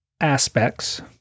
aspects